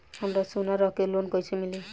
हमरा सोना रख के लोन कईसे मिली?